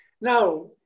Now